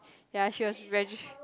ya she was resgis~